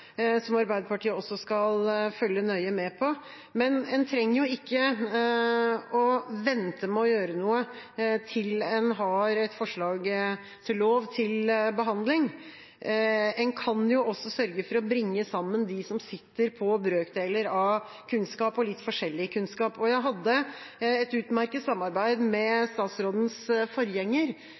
som Arbeiderpartiet også skal følge nøye med på. Men en trenger jo ikke å vente med å gjøre noe til en har et forslag til lov til behandling. En kan jo også sørge for å bringe sammen dem som sitter på brøkdeler av kunnskap – og litt forskjellig kunnskap. Jeg hadde et utmerket samarbeid med statsrådens forgjenger,